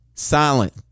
Silent